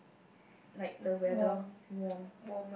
like the weather warm